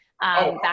back